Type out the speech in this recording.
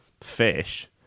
fish